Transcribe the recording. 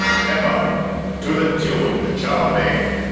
step up to the tuned chow mein.